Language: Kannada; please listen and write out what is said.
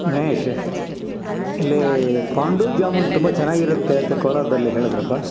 ಗಣೇಶ್ ಇಲ್ಲಿ ಪಾಂಡು ಜಾಮೂನ್ ತುಂಬ ಚೆನ್ನಾಗಿರುತ್ತೆ ಅಂತ ಕೋಲಾರದಲ್ಲಿ ಹೇಳದ್ರಪ್ಪ